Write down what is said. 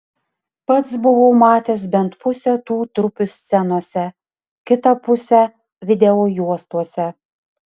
pats buvau matęs bent pusę tų trupių scenose kitą pusę videojuostose